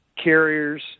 carriers